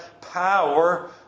power